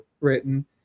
written